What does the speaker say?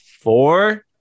four